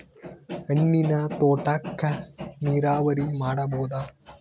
ಹಣ್ಣಿನ್ ತೋಟಕ್ಕ ನೀರಾವರಿ ಮಾಡಬೋದ?